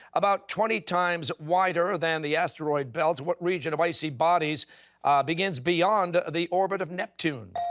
about twenty times wider than the asteroid belt, what region of icy bodies begins beyond the orbit of neptune?